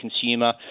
consumer